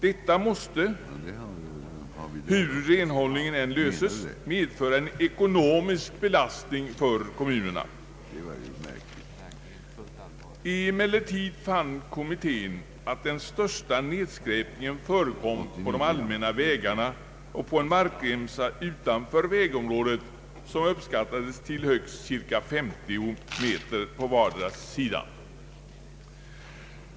Detta måste, hur renhållningen än löses, medföra en ekonomisk belastning för kommunerna. Emellertid fann kommittén att den största nedskräpningen förekom på de allmänna vägarna och på en markremsa utanför vägområdet, som uppskattades till cirka 50 meter på vardera sidan.